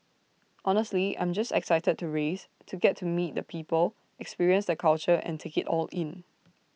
honestly I'm just excited to race to get to meet the people experience the culture and take IT all in